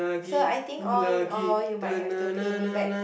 so I think all in all you might have to pay me back